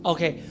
Okay